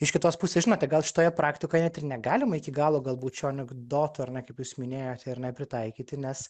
iš kitos pusės žinote gal šitoje praktikoje ir negalima iki galo galbūt šio anekdoto ar ne kaip jūs minėjote ar ne pritaikyti nes